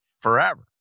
forever